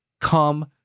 come